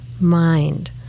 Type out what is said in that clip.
mind